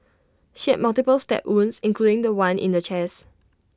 she had multiple stab wounds including The One in the chest